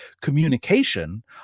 communication